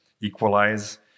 equalize